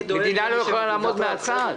המדינה לא יכולה לעמוד מן הצד.